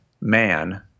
man